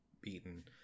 beaten